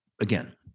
again